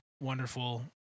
wonderful